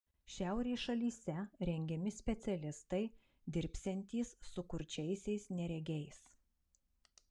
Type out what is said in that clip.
šiaurės šalyse rengiami specialistai dirbsiantys su kurčiaisiais neregiais